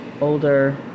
older